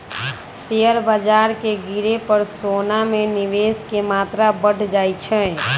share बाजार के गिरे पर सोना में निवेश के मत्रा बढ़ जाइ छइ